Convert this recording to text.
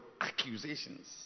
accusations